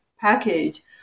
package